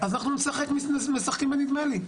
אז אנחנו משחקים בנדמה לי.